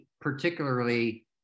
particularly